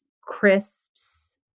crisps